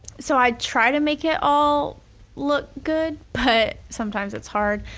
so i try to make it all look good but sometimes it's hard.